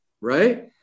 right